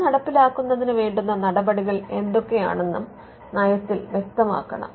അത് നടപ്പിലാക്കുന്നതിന് വേണ്ടുന്ന നടപടികൾ എന്തൊക്കെയാണെന്നും നയത്തിൽ വ്യക്തമാക്കണം